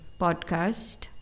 podcast